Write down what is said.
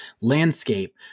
landscape